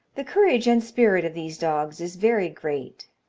the courage and spirit of these dogs is very great.